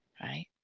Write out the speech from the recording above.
right